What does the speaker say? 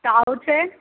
તાવ છે